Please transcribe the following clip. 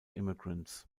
immigrants